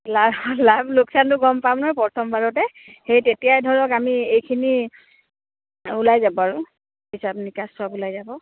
লাভ লাভ লোকচানটো গম পাম নহ প্ৰথমবাৰতে সেই তেতিয়াই ধৰক আমি এইখিনি ওলাই যাব আৰু হিচাপ নিকাচ চব ওলাই যাব